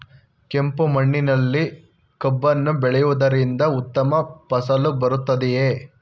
ಕೆಂಪು ಮಣ್ಣಿನಲ್ಲಿ ಕಬ್ಬನ್ನು ಬೆಳೆಯವುದರಿಂದ ಉತ್ತಮ ಫಸಲು ಬರುತ್ತದೆಯೇ?